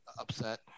upset